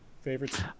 favorites